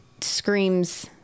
screams